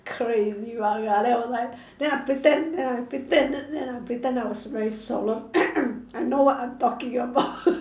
crazy right then I was like then I pretend then I pretend then I pretend I was very solemn I know what I'm talking about